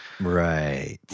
right